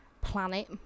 planet